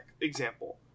example